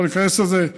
לא ניכנס לזה.